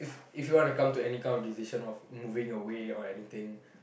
if you want to come to any kind of decision of moving away or anything